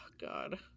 god